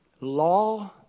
law